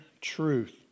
truth